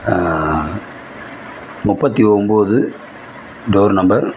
முப்பத்து ஒம்பது door number